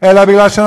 אלא כי אנחנו